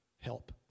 help